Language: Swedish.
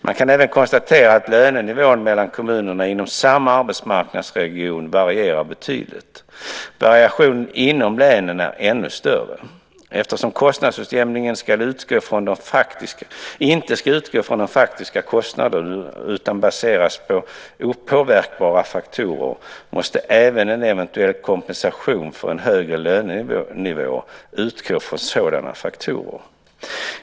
Man kan även konstatera att lönenivån mellan kommuner inom samma arbetsmarknadsregion varierar betydligt. Variationen inom länen är ännu större. Eftersom kostnadsutjämningen inte ska utgå från de faktiska kostnaderna utan bör baseras på opåverkbara faktorer måste även en eventuell kompensation för en högre lönenivå utgå från sådana faktorer.